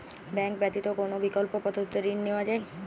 Bank ব্যতিত কোন বিকল্প পদ্ধতিতে ঋণ নেওয়া যায়?